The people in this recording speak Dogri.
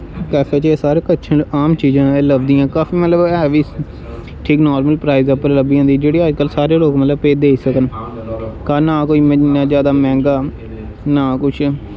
कैफे च सारें च अच्छी आम चीजां लभदियां कैफे है बी मतलब ठीक नार्मल प्राईस पर लब्भी जंदियां एड्डे एड्डे अजकल सारे लोक मतलब पे देई सकन ना कोई इन्ना जैदा मैंह्गा ना किश